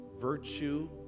virtue